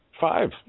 Five